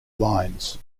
lines